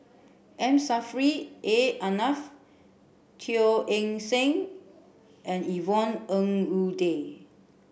M Saffri A Manaf Teo Eng Seng and Yvonne Ng Uhde